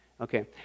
Okay